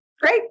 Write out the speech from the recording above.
Great